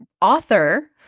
author